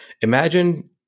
imagine